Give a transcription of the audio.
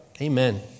Amen